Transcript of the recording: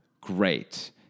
Great